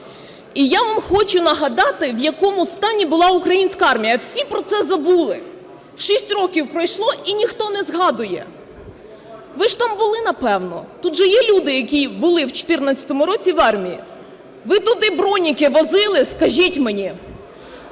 І я вам хочу нагадати, в якому стані була українська армія, всі про це забули. 6 років пройшло – і ніхто не згадує. Ви ж там були, напевно, тут же є люди, які були в 2014 році в армії? Ви туди "броніки" возили, скажіть мені?